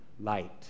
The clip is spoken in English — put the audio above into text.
Light